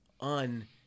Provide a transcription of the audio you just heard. un-